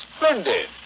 Splendid